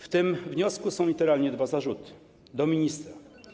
W tym wniosku są literalnie dwa zarzuty wobec ministra.